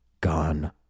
gone